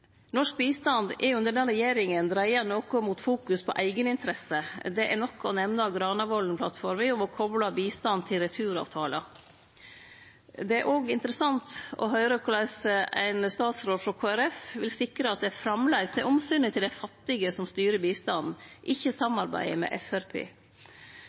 Norsk bistand er under denne regjeringa dreia noko mot fokus på eigeninteresse. Det er nok å nemne Granavolden-plattforma om å kople bistand og returavtalar. Det er òg interessant å høyre korleis ein statsråd frå Kristeleg Folkeparti vil sikre at det framleis er omsynet til dei fattige som styrer bistanden, ikkje